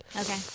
okay